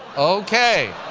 okay.